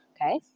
Okay